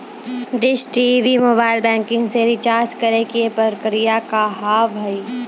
Dish TV mobile banking से recharge करे के प्रक्रिया का हाव हई?